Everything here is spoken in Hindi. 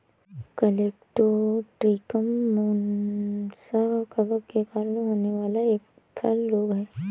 कलेक्टोट्रिकम मुसा कवक के कारण होने वाला एक फल रोग है